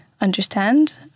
understand